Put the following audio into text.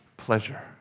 pleasure